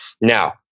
Now